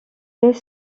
est